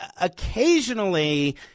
occasionally